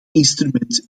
instrument